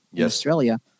Australia